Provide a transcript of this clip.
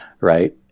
right